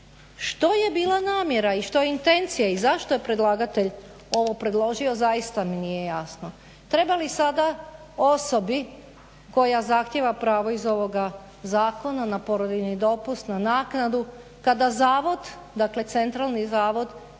Što je bila namjera i što je intencija i zašto je predlagatelj ovo predložio? Zaista mi nije jasno. Treba li sada osobi koja zahtjeva pravo iz ovoga zakona na porodiljni dopust, na naknadu kada zavod, dakle centralni zavod